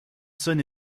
sun